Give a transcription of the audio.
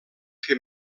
que